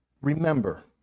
Remember